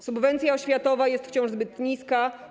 Subwencja oświatowa jest wciąż zbyt niska.